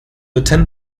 attend